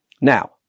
Now